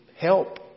help